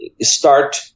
start